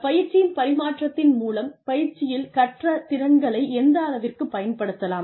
பயிற்சியின் பரிமாற்றத்தின் மூலம் பயிற்சியில் கற்ற திறன்களை எந்த அளவிற்குப் பயன்படுத்தலாம்